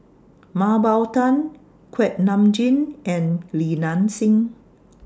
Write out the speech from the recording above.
Mah Bow Tan Kuak Nam Jin and Li Nanxing